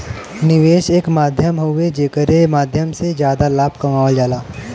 निवेश एक माध्यम हउवे जेकरे माध्यम से जादा लाभ कमावल जाला